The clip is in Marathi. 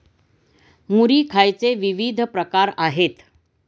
मुरी खायचे विविध प्रकार आहेत